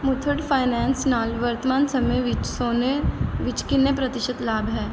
Muthoot Finance ਨਾਲ ਵਰਤਮਾਨ ਸਮੇਂ ਵਿੱਚ ਸੋਨੇ ਵਿੱਚ ਕਿੰਨੇ ਪ੍ਰਤੀਸ਼ਤ ਲਾਭ ਹੈ